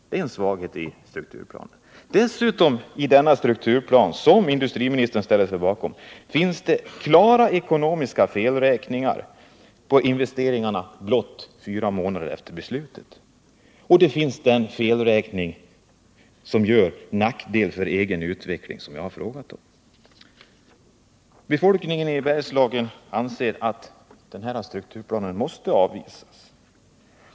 Det är en svaghet i strukturplanen. Därtill finns det i denna plan, som industriministern ställer sig bakom, klara ekonomiska felräkningar på investeringarna blott fyra månader efter beslutet, bl.a. den som är till nackdel för egen utveckling och som jag har frågat om. Befolkningen i Bergslagen anser att den härstrukturplanen måste avvisas.